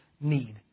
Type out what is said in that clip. need